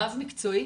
רב-מקצועי,